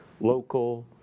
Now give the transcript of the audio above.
local